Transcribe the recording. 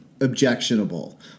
objectionable